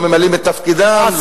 לא ממלאים את תפקידם.